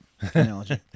analogy